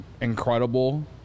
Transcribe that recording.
incredible